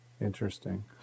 interesting